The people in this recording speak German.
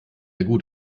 gut